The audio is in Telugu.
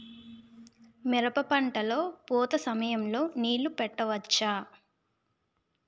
మిరప పంట లొ పూత సమయం లొ నీళ్ళు పెట్టవచ్చా?